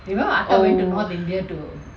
oh